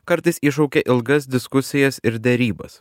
kartais iššaukia ilgas diskusijas ir derybas